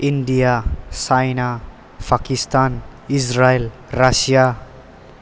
India China Pakistan Israel Russia